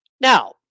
Now